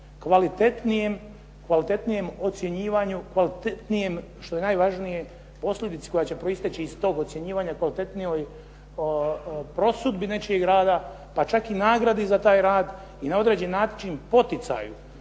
kvalitetnijem ocjenjivanju, kvalitetnijem, što je najvažnije posljedici koja će proisteći iz tog ocjenjivanja kvalitetnijoj prosudbi nečijeg rada, pa čak i nagradi za taj rad i na određen način poticaju